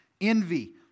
envy